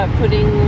putting